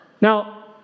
Now